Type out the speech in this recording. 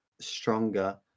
stronger